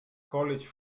college